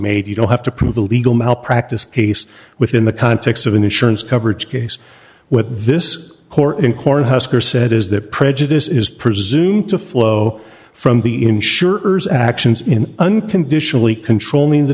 made you don't have to prove a legal malpractise case within the context of an insurance coverage case with this court in cornhusker said is that prejudice is presumed to flow from the insurers actions in unconditionally controlling the